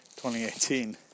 2018